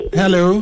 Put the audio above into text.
hello